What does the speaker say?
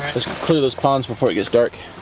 clear those ponds before it gets dark.